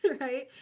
right